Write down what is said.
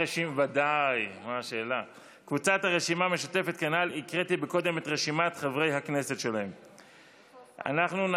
קבוצת סיעת מרצ הם לא